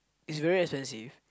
is very expensive